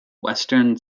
western